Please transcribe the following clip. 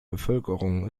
bevölkerung